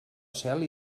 cel